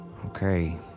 Okay